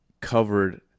covered